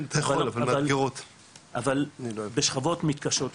אבל בשכבות מתקשות יותר.